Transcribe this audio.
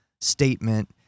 statement